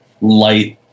light